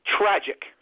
Tragic